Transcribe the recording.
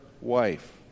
wife